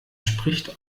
spricht